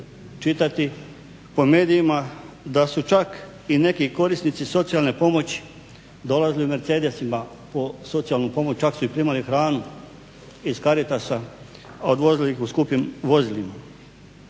čitati po medijima da su čak i neki korisnici socijalne pomoći dolazili u mercedesima po socijalnu pomoć, čak su i primali hranu iz Caritasa, a odvozili ih u skupim vozilima.